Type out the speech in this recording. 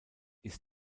ist